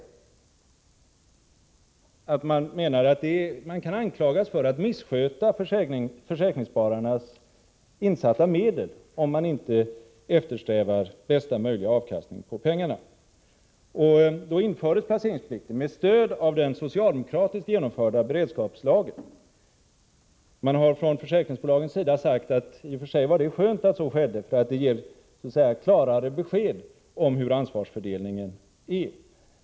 Försäkringsbolagen menade att de kan anklagas för att missköta försäkringsspararnas insatta medel om de inte eftersträvar bästa möjliga avkastning på pengarna. Då infördes placeringsplikten med stöd av den socialdemokratiskt genomförda beredskapslagen. Man har från försäkringsbolagens sida sagt att det i och för sig var skönt att så skedde, eftersom det ger klarare besked om hur ansvarsfördelningen är.